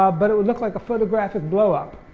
um but it would look like a photographic blowup.